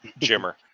Jimmer